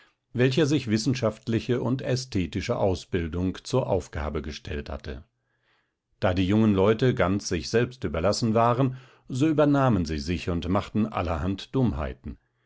welcher sich wissenschaftliche und ästhetische ausbildung zur aufgabe gestellt hatte da die jungen leute ganz sich selbst überlassen waren so übernahmen sie sich und machten allerhand dummheiten